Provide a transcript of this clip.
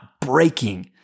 breaking